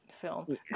film